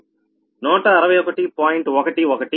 11 మరియు C2 105